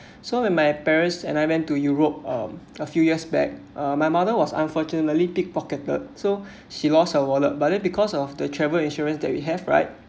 so when my parents and I went to europe um a few years back uh my mother was unfortunately pick pocketed so she lost her wallet but then because of the travel insurance that we have right